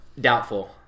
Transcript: Doubtful